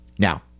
Now